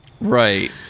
Right